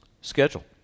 Schedule